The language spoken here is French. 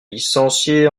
licencié